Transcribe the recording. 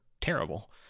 terrible